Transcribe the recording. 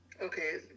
Okay